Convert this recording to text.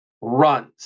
runs